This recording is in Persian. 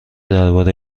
درباره